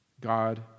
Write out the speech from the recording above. God